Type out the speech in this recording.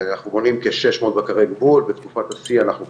אנחנו מונים כ- 600 בקרי גבול,